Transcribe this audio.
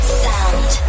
sound